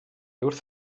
wrth